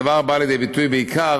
הדבר בא לידי ביטוי בעיקר